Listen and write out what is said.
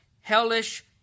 hellish